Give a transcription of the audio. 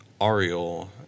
Ariel